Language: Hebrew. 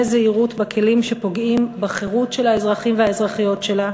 זהירות בכלים שפוגעים בחירות של האזרחים והאזרחיות שלה.